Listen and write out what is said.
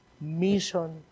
Mission